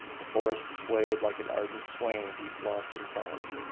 the forest swayed like an ardent swain deep lost in thought.